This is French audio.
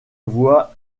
voix